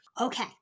Okay